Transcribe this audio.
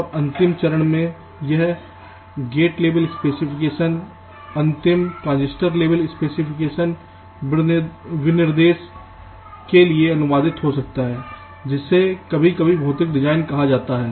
और अंतिम चरण में यह गेट लेवल स्पेसिफिकेशन अंतिम ट्रांजिस्टर लेवल स्पेसिफिकेशन विनिर्देश के लिए अनुवादित हो सकता है जिसे कभी कभी भौतिक डिजाइन कहा जाता है